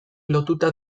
lotuta